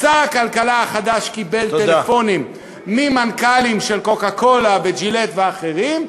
שר הכלכלה החדש קיבל טלפונים מהמנכ"לים של "קוקה-קולה" ו"ג'ילט" ואחרים,